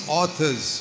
authors